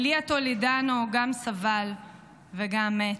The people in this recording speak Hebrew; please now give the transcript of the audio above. אליה טולדנו גם סבל וגם מת,